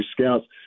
Scouts